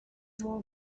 more